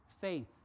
faith